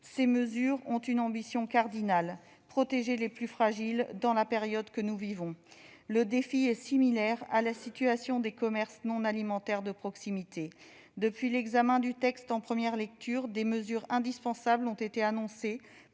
Ces mesures ont une ambition cardinale : protéger les plus fragiles dans la période que nous vivons. Le défi est similaire à la situation des commerces non alimentaires de proximité. Depuis l'examen du texte en première lecture, des mesures indispensables ont été annoncées